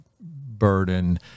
burden